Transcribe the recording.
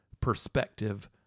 perspective